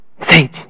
Sage